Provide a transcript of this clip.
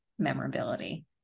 memorability